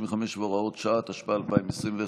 55 והוראות שעה), התשפ"א 2021,